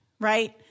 right